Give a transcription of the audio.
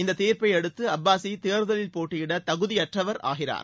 இந்த தீர்ப்பை அடுத்து அப்பாஸி தேர்தலில் போட்டியிட தகுதி அற்றவர் ஆகிறார்